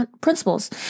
principles